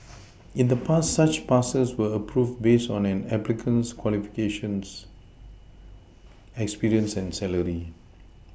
in the past such passes were approved based on an applicant's qualifications experience and salary